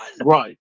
Right